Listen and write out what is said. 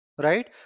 Right